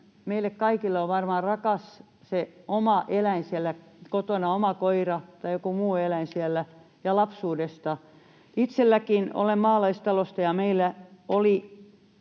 meille kaikille on varmaan rakas se oma eläin siellä kotona, oma koira tai joku muu eläin siellä ja lapsuudesta. Itsellenikin — olen maalaistalosta ja meillä oli